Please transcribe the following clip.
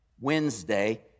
Wednesday